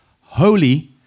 Holy